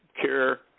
care